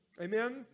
Amen